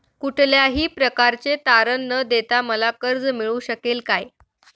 कुठल्याही प्रकारचे तारण न देता मला कर्ज मिळू शकेल काय?